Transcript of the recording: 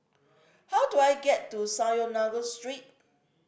how do I get to Synagogue Street